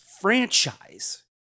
franchise